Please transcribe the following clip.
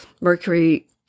Mercury